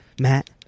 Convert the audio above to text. Matt